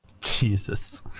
Jesus